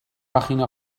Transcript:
página